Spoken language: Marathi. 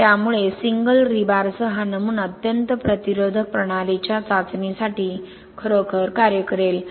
त्यामुळे सिंगल रीबारसह हा नमुना अत्यंत प्रतिरोधक प्रणालीच्या चाचणीसाठी खरोखर कार्य करेल